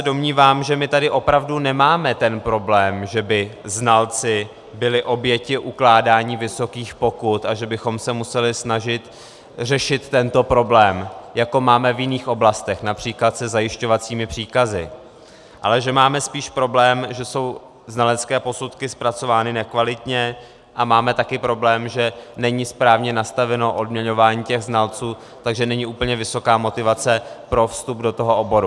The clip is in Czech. Domnívám se, že tady opravdu nemáme ten problém, že by znalci byli oběti ukládání vysokých pokut a že bychom se museli snažit řešit tento problém, jako máme v jiných oblastech, například se zajišťovacími příkazy, ale že máme spíš problém, že jsou znalecké posudky zpracovány nekvalitně, a máme taky problém, že není správně nastaveno odměňování znalců, takže není úplně vysoká motivace pro vstup do oboru.